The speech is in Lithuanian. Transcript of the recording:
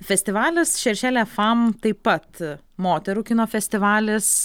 festivalis šeršėliafam taip pat moterų kino festivalis